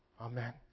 Amen